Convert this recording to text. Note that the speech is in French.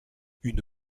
une